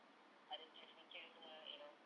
ada skillsfuture semua you know